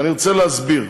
ואני רוצה להסביר: